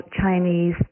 Chinese